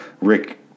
Rick